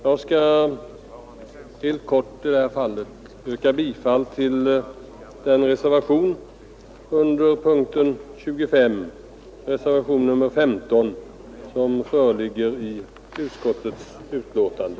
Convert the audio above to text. Jag skall helt kort i detta fall yrka bifall till reservationen 15 som är fogad till utskottets betänkande.